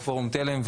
בפורום תל"מ,